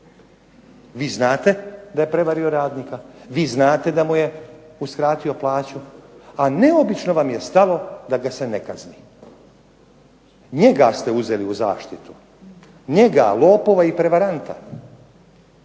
Vi znate da je prevario radnika, vi znate da mu je uskratio plaću a neobično vam je stalo da ga se ne kazni. Njega ste uzeli u zaštitu, njega lopova i prevaranta